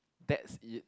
that's it